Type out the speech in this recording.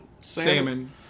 Salmon